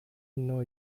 know